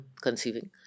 conceiving